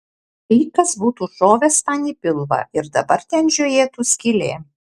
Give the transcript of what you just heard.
lyg kas būtų šovęs man į pilvą ir dabar ten žiojėtų skylė